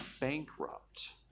bankrupt